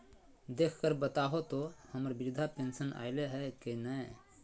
देख कर बताहो तो, हम्मर बृद्धा पेंसन आयले है की नय?